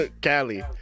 cali